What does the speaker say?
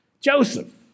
Joseph